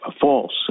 false